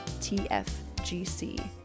tfgc